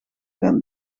gaan